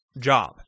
job